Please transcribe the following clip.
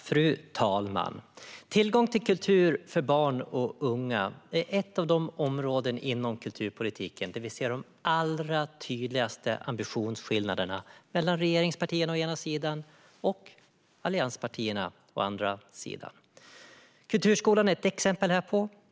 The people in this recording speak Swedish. Fru talman! Tillgång till kultur för barn och unga är ett av de områden inom kulturpolitiken där vi ser de allra tydligaste ambitionsskillnaderna mellan regeringspartierna å ena sidan och allianspartierna å andra sidan. Kulturskolan är ett exempel härpå.